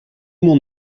mon